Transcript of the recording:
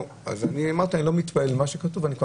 אז אני בכלל לא מתפלא ממה שכתוב ואני כבר